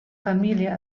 família